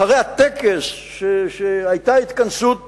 אחרי הטקס היתה התכנסות פנימית,